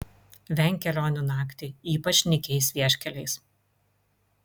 venk kelionių naktį ypač nykiais vieškeliais